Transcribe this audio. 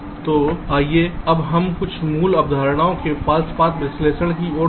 तो आइए अब हम कुछ मूल अवधारणाओं के फॉल्स पाथ विश्लेषण की ओर देखें